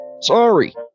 Sorry